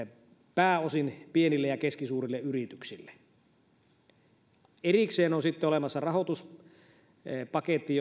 pääosin pienille ja keskisuurille yrityksille sitten erikseen on olemassa rahoituspaketti